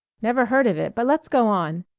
never heard of it, but let's go on.